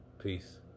Peace